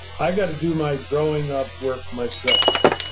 i got to do my growing up work myself.